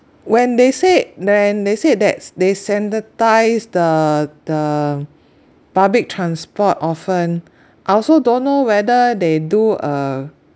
when they say then they said thats they sanitise the the public transport often I also don't know whether they do a